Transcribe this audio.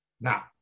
Now